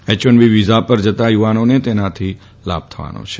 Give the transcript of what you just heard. એય one B visa પર જતા યુવાનોને તેનાથી લાભ થશે